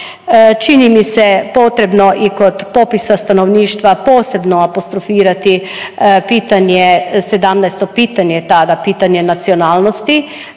čini mi se potrebno i kod popisa stanovništva posebno apostrofirati pitanje, 17. pitanje tada, pitanje nacionalnosti,